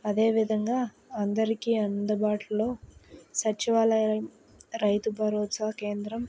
అదేవిధంగా అందరికీ అందుబాటులో సచివాలయం రైతు భరోసా కేంద్రం